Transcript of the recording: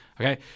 okay